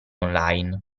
online